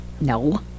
No